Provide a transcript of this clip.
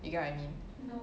you get what I mean